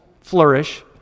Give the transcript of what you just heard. flourish